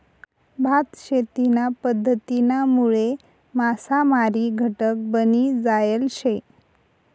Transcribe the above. भात शेतीना पध्दतीनामुळे मासामारी घटक बनी जायल शे